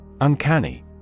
Uncanny